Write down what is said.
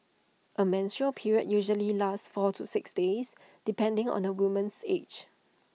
A menstrual period usually lasts four to six days depending on the woman's age